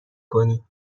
کنیم